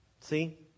See